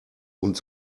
und